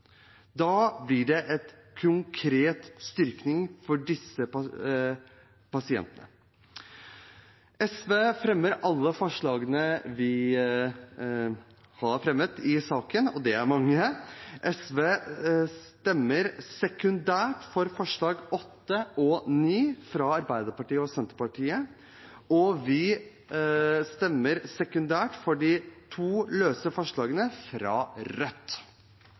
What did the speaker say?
Da blir det en konkret styrking for disse pasientene. Jeg tar opp alle SVs forslag i sakene nr. 2 og 3. SV stemmer for forslagene nr. 8 og 9, fra Arbeiderpartiet og Senterpartiet i sak nr. 3, og vi stemmer for de to løse forslagene fra Rødt